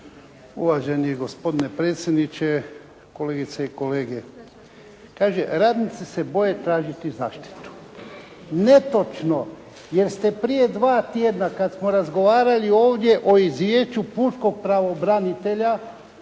Uvaženi gospodine predsjedniče, kolegice i kolege. Kaže radnici se boje tražiti zaštitu. Netočno jer ste prije dva tjedna kad smo razgovarali ovdje o izvješću pučkog pravobranitelja